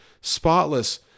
spotless